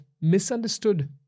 misunderstood